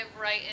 right